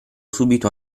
subito